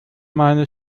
meine